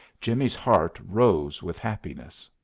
jimmie's heart rose with happiness.